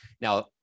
Now